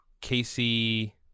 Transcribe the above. Casey